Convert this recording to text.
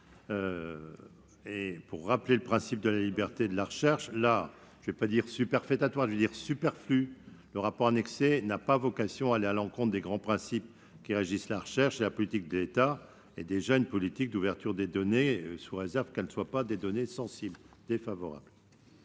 et rappeler le principe de la liberté de la recherche, c'est, sinon superfétatoire, du moins superflu ! Le rapport annexé n'a pas vocation à aller à l'encontre des grands principes qui régissent la recherche et la politique de l'État est déjà une politique d'ouverture des données, sous réserve qu'il ne s'agisse pas de données sensibles. Avis défavorable.